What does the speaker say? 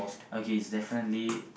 okay it's definitely